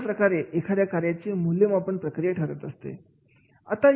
अशा प्रकारे एखाद्या कार्याच्या मूल्यमापनाची प्रक्रिया ठरत असते